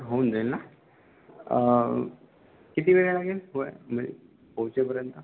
होऊन जाईन ना किती वेळ लागेल होय नाही पोचेपर्यंत